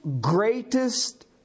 greatest